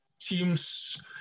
teams